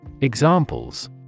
Examples